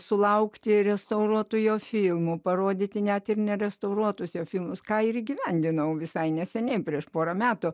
sulaukti restauruotų jo filmų parodyti net ir nerestauruotus jo filmus ką ir įgyvendinau visai neseniai prieš porą metų